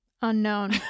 Unknown